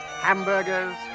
Hamburgers